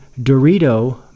Dorito